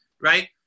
right